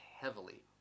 heavily